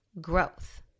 growth